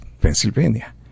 Pennsylvania